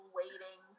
waiting